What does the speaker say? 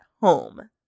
home